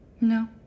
No